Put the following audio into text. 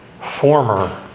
former